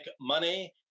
money